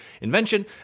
invention